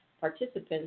participants